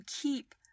keep